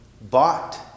bought